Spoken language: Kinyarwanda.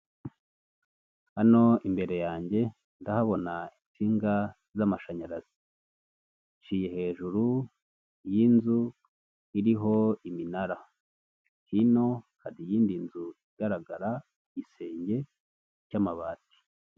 Hano imbere yanjye ndahabona insinga z'amashanyarazi ziciye hejuru y'inzu iriho iminara hino hari iyindi nzu igaragara igisenge cy'amabati.